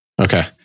Okay